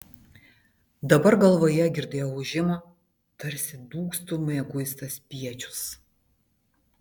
dabar galvoje girdėjo ūžimą tarsi dūgztų mieguistas spiečius